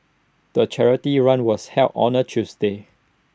the charity run was held on A Tuesday